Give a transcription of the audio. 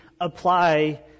apply